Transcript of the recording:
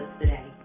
today